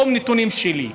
לא נתונים שלי,